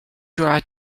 draw